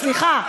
סליחה,